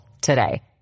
today